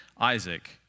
Isaac